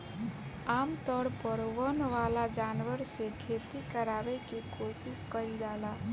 आमतौर पर वन वाला जानवर से खेती करावे के कोशिस कईल जाला